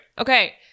Okay